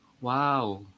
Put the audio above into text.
Wow